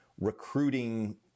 recruiting